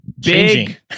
Big